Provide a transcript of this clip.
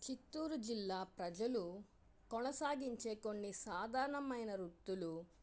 చిత్తూరు జిల్లా ప్రజలు కొనసాగించే కొన్ని సాధారణమైన వృత్తులు